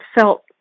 felt